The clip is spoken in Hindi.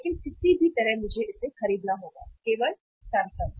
लेकिन किसी भी तरह मुझे इसे खरीदना होगा केवल सैमसंग